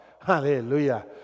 Hallelujah